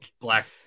Black